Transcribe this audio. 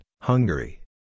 Hungary